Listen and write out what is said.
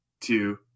two